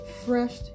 fresh